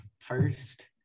first